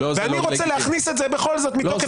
ואני רוצה להכניס את זה בכל זאת מתוקף